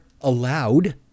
allowed